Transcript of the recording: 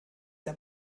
der